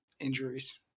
injuries